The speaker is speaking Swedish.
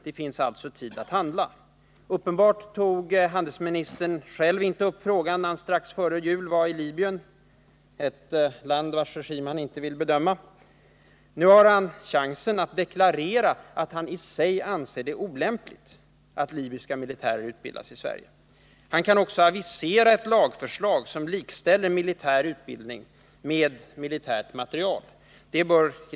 Det finns tid att handla. Uppenbarligen tog handelsministern själv inte upp frågan när han strax före jul var i Libyen — ett land vars regim han inte vill bedöma. Nu har han chansen att deklarera att han anser att det är i sig olämpligt att libyska militärer utbildas i Sverige. Han kan också avisera ett lagförslag som likställer militär utbildning med militärmateriel.